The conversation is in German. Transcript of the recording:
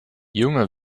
junge